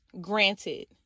granted